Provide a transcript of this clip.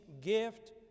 gift